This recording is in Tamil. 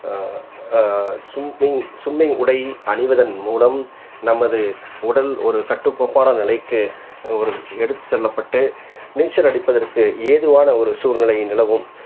சும்மிங் சும்மிங் உடை அணிவதன் மூலம் நமது உடல் ஒரு கட்டுக்கோப்பான நிலைக்கு ஒரு எடுத்துச் செல்லப்பட்டு நீச்சல் அடிப்பதற்கு ஏதுவான ஒரு சூழ்நிலை நிலவும்